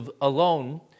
alone